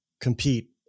compete